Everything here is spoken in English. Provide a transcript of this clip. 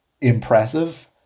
impressive